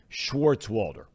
Schwartzwalder